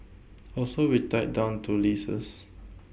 also we tied down to leases